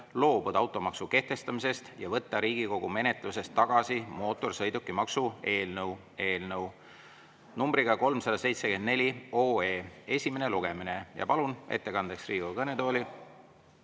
loobuda automaksu kehtestamisest ja võtta Riigikogu menetlusest tagasi mootorsõidukimaksu eelnõu" eelnõu numbriga 374 esimene lugemine. Ma palun ettekandeks Riigikogu kõnetooli